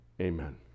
Amen